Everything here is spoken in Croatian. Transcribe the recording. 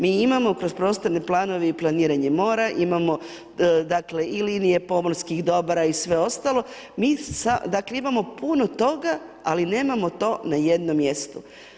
Mi imamo kroz prostorne planove i planiranje mora, imamo dakle i linije pomorskih dobra i sve ostalo, mi dakle imamo puno toga ali nemamo to na jednom mjestu.